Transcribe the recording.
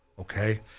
okay